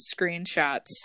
screenshots